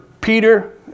Peter